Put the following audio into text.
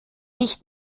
nicht